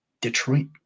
Detroit